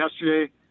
yesterday